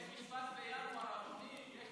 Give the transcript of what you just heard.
יש משפט בינואר, אדוני.